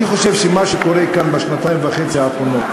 אני חושב שמה שקורה כאן בשנתיים וחצי האחרונות